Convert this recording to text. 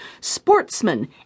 sportsmen